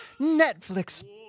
Netflix